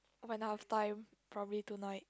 by night of time probably tonight